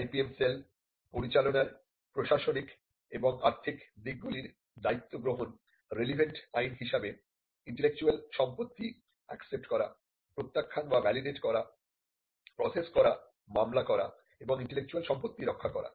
IPM cell পরিচালনার প্রশাসনিক এবং আর্থিক দিকগুলির দায়িত্ব গ্রহণ রেলিভেন্ট আইন হিসাবে ইন্টেলেকচুয়াল প্রপার্টি একসেপ্ট করা প্রত্যাখ্যান বা ভ্যালিডেট করা প্রসেস করামামলা করা এবং ইন্টেলেকচুয়াল সম্পত্তি রক্ষা করা